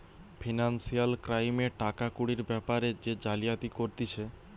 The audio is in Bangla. ফিনান্সিয়াল ক্রাইমে টাকা কুড়ির বেপারে যে জালিয়াতি করতিছে